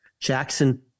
Jackson